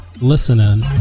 listening